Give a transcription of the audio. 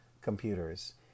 computers